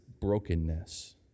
brokenness